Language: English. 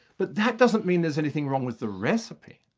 but that doesn't mean there's anything wrong with the recipe,